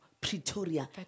Pretoria